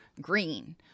green